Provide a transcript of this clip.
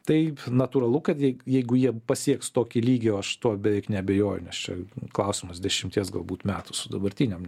taip natūralu kad jei jeigu jie pasieks tokį lygį o aš tuo beveik neabejoju nes čia klausimas dešimties galbūt metų su dabartiniam